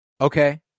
okay